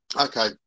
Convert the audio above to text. Okay